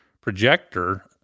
Projector